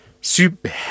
super